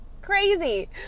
crazy